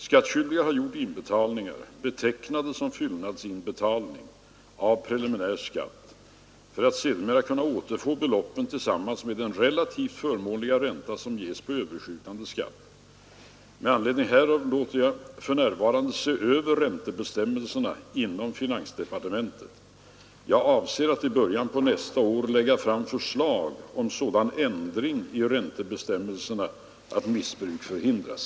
Skattskyldiga har gjort inbetalningar, betecknade som fyllnadsinbetalning av preliminär skatt, för att sedermera kunna återfå beloppen tillsammans med den relativt förmånliga ränta som ges på överskjutande skatt. Med anledning härav låter jag för närvarande se över räntebestämmelserna inom finansdepartementet. Jag avser att i början på nästa år lägga fram förslag om sådan ändring i räntebestämmelserna att missbruk förhindras.